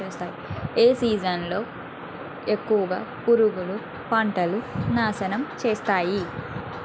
ఏ season లో ఎక్కువుగా పురుగులు పంటను నాశనం చేస్తాయి?